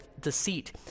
deceit